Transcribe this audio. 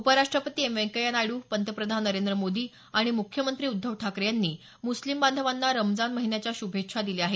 उपराष्ट्रपती एम व्यंकय्या नायडू पंतप्रधान नरेंद्र मोदी आणि मुख्यमंत्री उद्धव ठाकरे यांनी मुस्लिम बांधवांना रमजान महिन्याच्या श्भेच्छा दिल्या आहेत